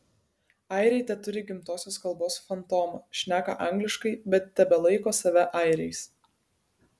airiai teturi gimtosios kalbos fantomą šneka angliškai bet tebelaiko save airiais